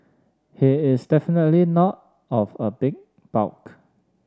he is definitely not of a big bulk